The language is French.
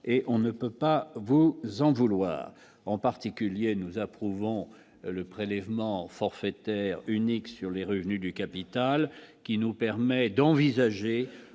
et on ne peut pas vous en vouloir en particulier nous approuvons le prélèvement forfaitaire unique sur les revenus du capital, qui nous permet d'envisager